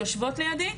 שיושבות לידי,